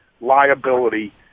liability